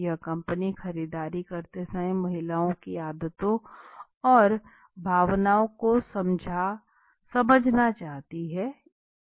यह कंपनी खरीदारी करते समय महिलाओं की आदतों और भावनाओं को समझना चाहती थी